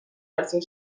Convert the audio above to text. عکسهای